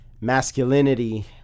Masculinity